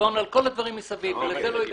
דיברנו על כל הדברים מסביב, ולזה לא הגענו.